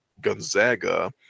gonzaga